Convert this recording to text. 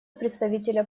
представителя